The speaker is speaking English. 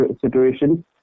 situation